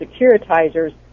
securitizers